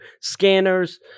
scanners